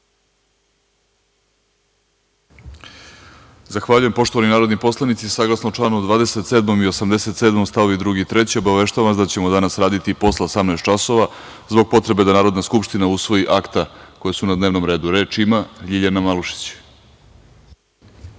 Zahvaljujem. Poštovani narodni poslanici, saglasno čl. 27. i 87. st. 2. i 3. obaveštavam vas da ćemo danas raditi i posle 18.00 časova, zbog potrebe da Narodna skupština usvoji akta koja su na dnevnom redu. Reč ima Ljiljana Malušić.